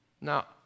Now